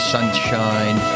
Sunshine